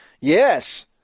yes